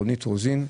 רונית רוזין,